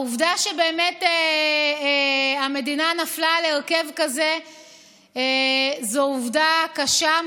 העובדה שהמדינה נפלה על הרכב כזה זו עובדה קשה,